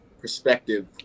perspective